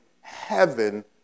heaven